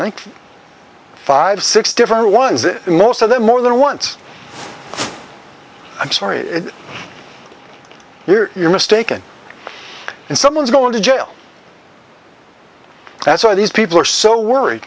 my five six different ones most of them more than once i'm sorry you're mistaken and someone's going to jail that's why these people are so worried